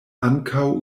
ankaŭ